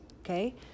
okay